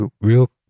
real